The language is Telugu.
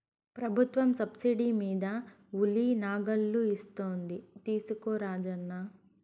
ప్రభుత్వం సబ్సిడీ మీద ఉలి నాగళ్ళు ఇస్తోంది తీసుకో రాజన్న